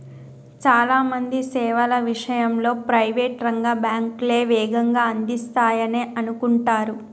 చాలా మంది సేవల విషయంలో ప్రైవేట్ రంగ బ్యాంకులే వేగంగా అందిస్తాయనే అనుకుంటరు